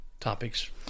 topics